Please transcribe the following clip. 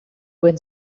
went